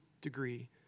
degree